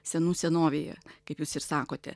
senų senovėje kaip jūs ir sakote